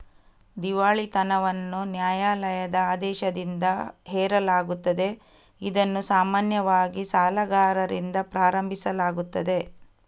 ದಿವಾಳಿತನವನ್ನು ನ್ಯಾಯಾಲಯದ ಆದೇಶದಿಂದ ಹೇರಲಾಗುತ್ತದೆ, ಇದನ್ನು ಸಾಮಾನ್ಯವಾಗಿ ಸಾಲಗಾರರಿಂದ ಪ್ರಾರಂಭಿಸಲಾಗುತ್ತದೆ